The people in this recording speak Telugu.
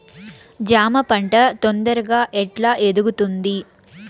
జామ పంట తొందరగా ఎట్లా ఎదుగుతుంది?